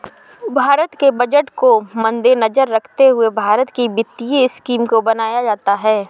भारत के बजट को मद्देनजर रखते हुए भारत की वित्तीय स्कीम को बनाया जाता है